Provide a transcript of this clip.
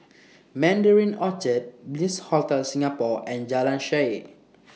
Mandarin Orchard Bliss Hotel Singapore and Jalan Shaer